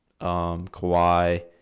Kawhi